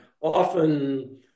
often